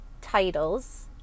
titles